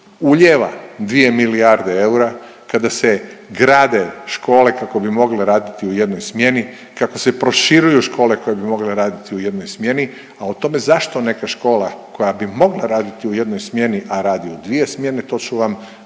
ulijeva 2 milijarde eura, kada se grade škole kako bi mogle raditi u jednoj smjeni, kako se proširuju škole koje bi mogle raditi u jednoj smjeni, a o tome zašto neka škola koja bi mogla raditi u jednoj smjeni, a radi u dvije smjene to ću vam vrlo